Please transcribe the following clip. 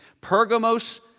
Pergamos